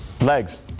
Legs